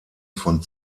von